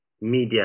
media